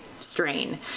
strain